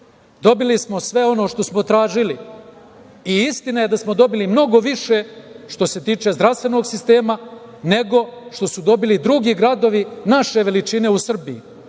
Dobili smo sve ono što smo tražili i istina je da smo dobili mnogo više što se tiče zdravstvenog sistema, nego što su dobili drugi gradovi naše veličine u Srbiji.